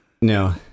No